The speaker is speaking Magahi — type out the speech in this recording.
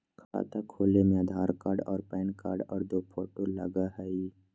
खाता खोले में आधार कार्ड और पेन कार्ड और दो फोटो लगहई?